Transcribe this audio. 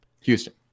Houston